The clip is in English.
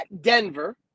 Denver